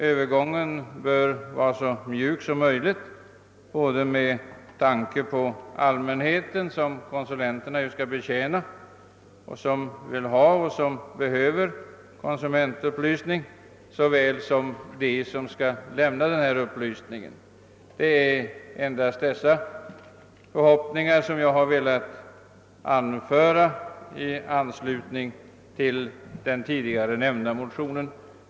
Övergången bör vara så mjuk som möjligt med tanke på såväl den allmänhet som konsulenterna skall betjäna och som vill ha och behöver konsumentupplysning som dem som skall lämna upplysning. Det är endast dessa förhoppningar som jag velat anföra i anslutning till den tidigare nämnda motionen.